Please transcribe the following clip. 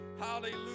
Hallelujah